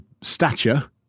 stature